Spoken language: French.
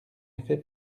effet